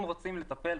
אם רוצים לטפל,